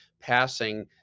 passing